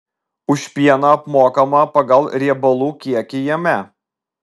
už pieną apmokama pagal riebalų kiekį jame